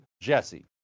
JESSE